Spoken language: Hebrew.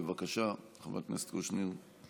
בבקשה, חבר הכנסת קושניר.